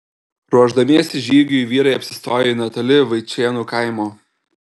ruošdamiesi žygiui vyrai apsistojo netoli vaičėnų kaimo